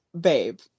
babe